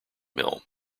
mill